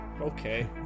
okay